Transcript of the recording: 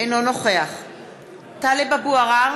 אינו נוכח טלב אבו עראר,